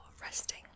resting